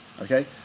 Okay